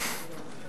שומעים?